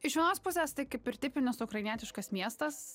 iš vienos pusės tai kaip ir tipinis ukrainietiškas miestas